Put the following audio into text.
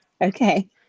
Okay